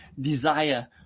desire